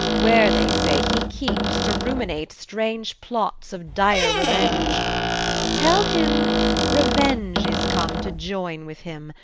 where they say he keeps to ruminate strange plots of dire revenge tell him revenge is come to join with him,